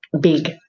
big